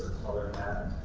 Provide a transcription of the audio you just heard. color matte.